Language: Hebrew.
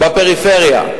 בפריפריה.